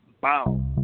Bow